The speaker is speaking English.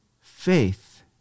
faith